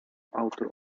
autor